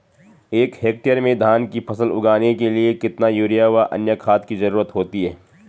एक हेक्टेयर में धान की फसल उगाने के लिए कितना यूरिया व अन्य खाद की जरूरत होती है?